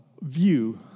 view